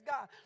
God